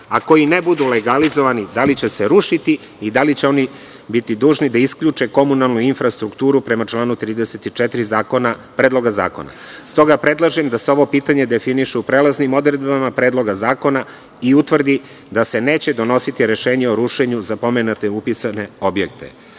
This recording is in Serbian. a koji ne budu legalizovani, da li će se rušiti i da li će oni biti dužni da isključe komunalnu infrastrukturu prema članu 34. Predloga zakona? Stoga predlažem da se ovo pitanje definiše u prelaznim odredbama Predloga zakona i utvrdi da se neće donositi rešenje o rušenju za pomenute upisane objekte. Nadam